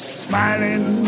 smiling